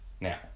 now